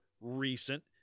recent